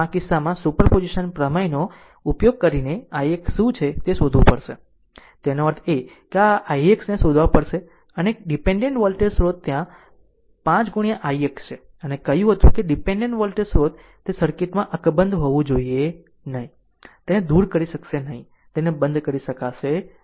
આમ આ કિસ્સામાં સુપરપોઝિશન પ્રમેયનો ઉપયોગ કરીને ix શું છે તે શોધવું પડશે તેનો અર્થ એ કે આ ix ને શોધવા પડશે અને એક ડીપેન્ડેન્ટ વોલ્ટેજ સ્રોત ત્યાં 5 ix છે અને કહ્યું હતું કે ડીપેન્ડેન્ટ વોલ્ટેજ સ્ત્રોત તે સર્કિટમાં અકબંધ હોવું જોઈએ નહીં તેને દૂર કરી શકશે નહીં તેને બંધ કરી શકશે નહીં